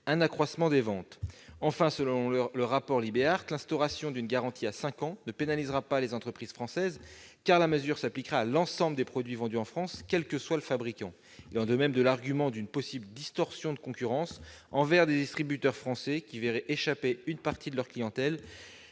accroissement des ventes ». Enfin, selon le rapport Libaert, l'instauration d'une garantie de cinq ans ne pénalisera pas les entreprises françaises, car la mesure s'appliquerait à l'ensemble des produits vendus en France, quel que soit le fabricant. L'argument d'une possible distorsion de concurrence envers des distributeurs français qui verraient échapper une partie de leur clientèle,